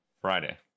Friday